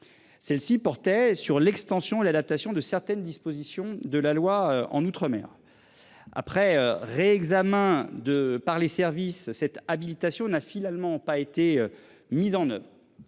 Celle-ci portait sur l'extension et adaptation de certaines dispositions de la loi en mer. Après réexamen de par les services cette habilitation n'a finalement pas été mise en oeuvre.